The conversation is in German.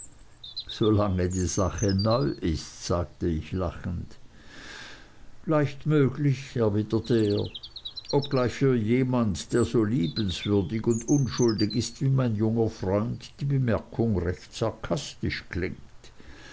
die sache neu ist sagte ich lachend leicht möglich erwiderte er obgleich für jemand der so liebenswürdig und unschuldig ist wie mein junger freund die bemerkung recht sarkastisch klingt